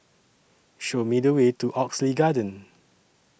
Show Me The Way to Oxley Garden